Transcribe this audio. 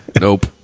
Nope